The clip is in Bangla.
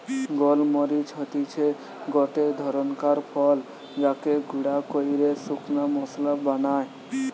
গোল মরিচ হতিছে গটে ধরণকার ফল যাকে গুঁড়া কইরে শুকনা মশলা বানায়